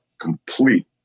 complete